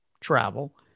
travel